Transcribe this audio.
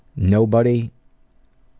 nobody